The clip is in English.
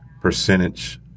percentage